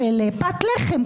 שמגיעים לפת לחם,